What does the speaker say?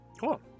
Cool